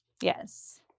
Yes